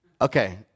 Okay